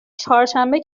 چهارشنبه